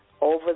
over